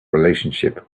relationship